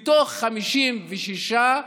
מתוך 56,